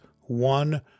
one